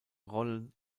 rollen